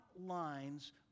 lines